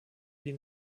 die